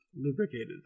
lubricated